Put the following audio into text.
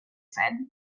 said